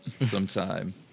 sometime